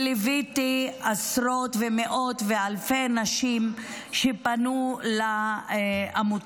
וליוויתי עשרות ומאות ואלפי נשים שפנו לעמותה.